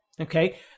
okay